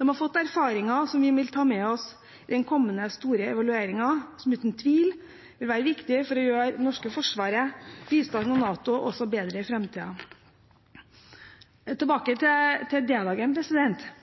De har fått erfaringer som vi vil ta med oss i den kommende, store evalueringen, som uten tvil vil være viktig for å gjøre det norske forsvaret, bistanden og NATO bedre i fremtiden. Tilbake til D-dagen: Den som ikke kjenner historien, er dømt til